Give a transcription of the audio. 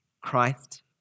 Christ